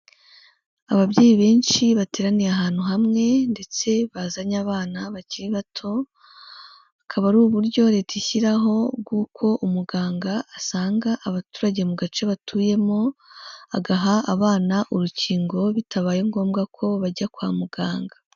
Ababyeyi benshi bateraniye ahantu hamwe ndetse bazanye abana bakiri bato, akaba ari uburyo leta ishyiraho bw'uko umuganga asanga abaturage mu gace batuyemo, agaha abana urukingo bitabaye ngombwa ko bajya kwa muganga.